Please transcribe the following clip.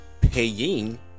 Paying